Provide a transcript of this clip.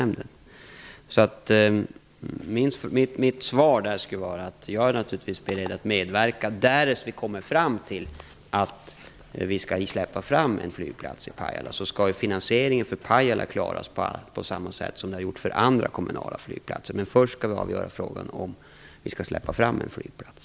Mitt svar är att jag naturligtvis är beredd att medverka därest vi kommer fram till att vi skall släppa fram en flygplats i Pajala. Finansieringen för Pajala skall klaras på samma sätt som för andra kommunala flygplatser. Men först skall vi avgöra frågan om vi skall släppa fram en flygplats.